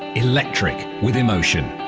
electric with emotion.